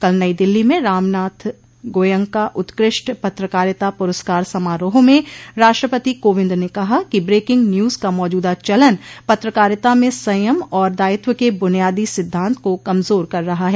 कल नई दिल्ली में रामनाथ गोयनका उत्कृष्ट पत्रकारिता पुरस्कार समारोह में राष्ट्रपति कोविंद ने कहा कि ब्रेकिंग न्यूज का मौजूदा चलन पत्रकारिता में संयम और दायित्व के बुनियादी सिद्धांत को कमजोर कर रहा है